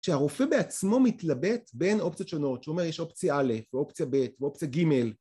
שהרופא בעצמו מתלבט בין אופציות שונות, זאת אומרת, יש אופציה א' ואופציה ב' ואופציה ג'.